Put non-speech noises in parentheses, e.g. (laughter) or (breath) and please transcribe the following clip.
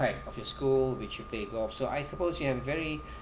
pack of your school which you play golf so I suppose you have a very (breath)